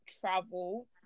travel